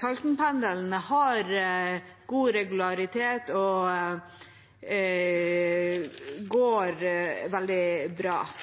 Saltenpendelen, f.eks., har god regularitet og går